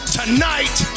tonight